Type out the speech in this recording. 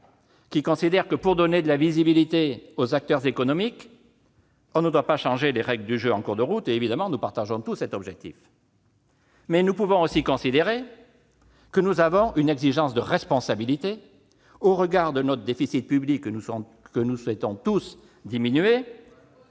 selon lequel, pour donner de la visibilité aux acteurs économiques, on ne devrait pas changer les règles du jeu en cours de route. Évidemment, nous partageons tous cet objectif. Mais nous pouvons aussi considérer que nous avons une exigence de responsabilité au regard de notre déficit public, que nous souhaitons tous diminuer